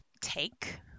take